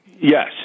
Yes